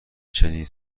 چنین